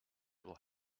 will